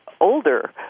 older